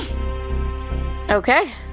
Okay